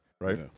right